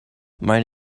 might